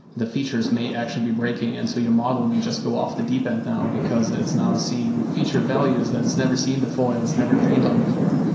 the features may actually be breaking. and so your model may just go off the deep end now because it's now seeing feature values that it's never seen before that's never drained on before,